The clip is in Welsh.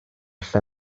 lle